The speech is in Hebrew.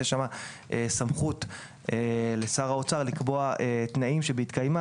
יש שם סמכות לשר האוצר לקבוע תנאים שבהתקיימם